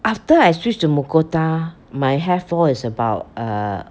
after I switched to Mucota my hair fall is about err